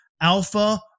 alpha